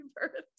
birthday